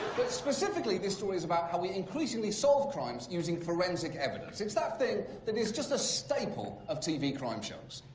but specifically, this story is about how we increasingly solve crimes using forensic evidence. it's that thing that is just a staple of tv crime shows.